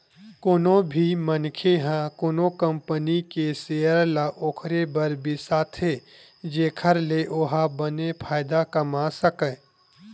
कोनो भी मनखे ह कोनो कंपनी के सेयर ल ओखरे बर बिसाथे जेखर ले ओहा बने फायदा कमा सकय